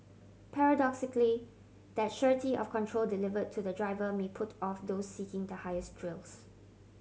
paradoxically that surety of control delivered to the driver may put off those seeking highest thrills